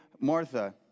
Martha